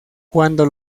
cuando